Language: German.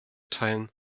teilen